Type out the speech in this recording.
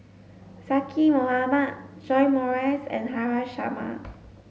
Zaqy Mohamad John Morrice and Haresh Sharma